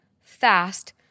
Fast